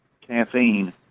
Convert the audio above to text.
caffeine